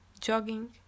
jogging